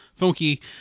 Funky